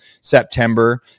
September